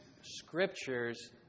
scriptures